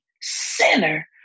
sinner